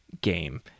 game